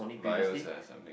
VIOS ah or something